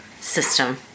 system